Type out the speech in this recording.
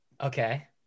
Okay